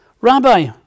Rabbi